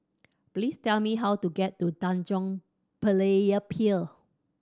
please tell me how to get to Tanjong Berlayer Pier